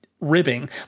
ribbing